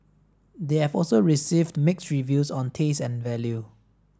they have also received mixed reviews on taste and value